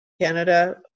Canada